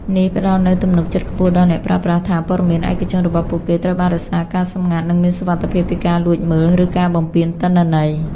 នេះផ្ដល់នូវទំនុកចិត្តខ្ពស់ដល់អ្នកប្រើប្រាស់ថាព័ត៌មានឯកជនរបស់ពួកគេត្រូវបានរក្សាការសម្ងាត់ និងមានសុវត្ថិភាពពីការលួចមើល ឬការបំពានទិន្នន័យ។